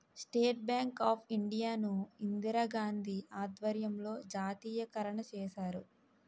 state Bank of India ను ఇందిరాగాంధీ ఆధ్వర్యంలో జాతీయకరణ చేశారు